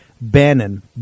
Bannon